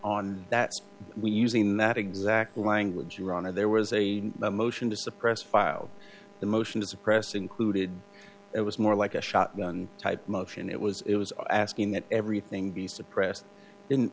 on that we using that exact language wrong and there was a motion to suppress filed the motion to suppress included it was more like a shotgun type motion it was it was asking that everything be suppressed didn't